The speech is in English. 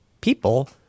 people